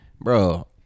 Bro